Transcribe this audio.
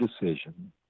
decision